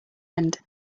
end